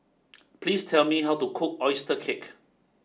please tell me how to cook Oyster Cake